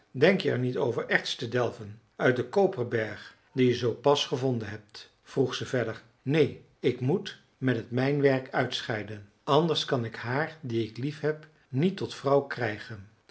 denk je er niet over erts te delven uit den koperberg dien je zoo pas gevonden hebt vroeg ze verder neen ik moet met het mijnwerk uitscheiden anders kan ik haar die ik liefheb niet tot vrouw krijgen